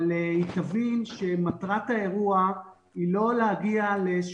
אבל היא תבין שמטרת האירוע היא לא להגיע לאיזה